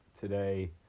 today